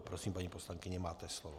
Prosím, paní poslankyně, máte slovo.